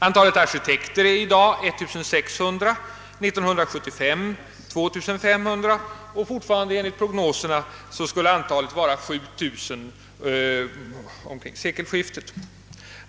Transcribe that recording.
Antalet arkitekter är i dag 1600, år 1975 beräknas de vara 2500 och — fortfarande enligt prognoserna — omkring sekelskiftet 7000.